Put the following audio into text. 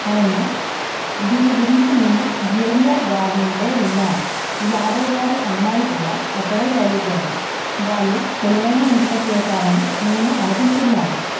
అవును దీని గురించి నేను జే వీ ఆర్ గారి నుండే విన్నాను యాదవ్ గారి అమ్మాయి కూడా అక్కడే చదువుతోంది వాళ్ళు తెలివైన ఎంపిక చేసారని నేను అనుకుంటున్నాను